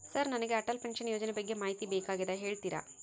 Sir ನನಗೆ Atal pension ಯೋಜನೆ ಬಗ್ಗೆ ಮಾಹಿತಿ ಬೇಕಾಗ್ಯದ ಹೇಳ್ತೇರಾ?